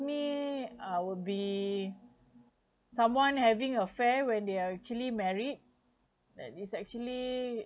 me uh would be someone having affair when they’re actually married that is actually